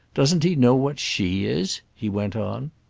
doesn't he know what she is? he went on.